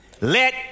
Let